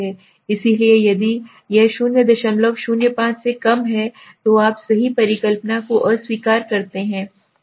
इसलिए यदि यह 005 से कम है तो आप सही परिकल्पना को अस्वीकार करते हैं